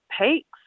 Peaks